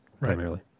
primarily